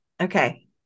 Okay